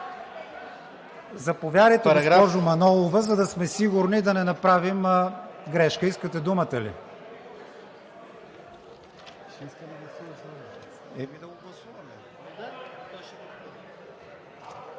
Заповядайте, госпожо Манолова, за да сме сигурни, да не направим грешка. Искате думата ли?